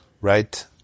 right